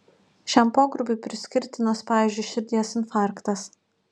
šiam pogrupiui priskirtinas pavyzdžiui širdies infarktas